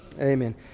Amen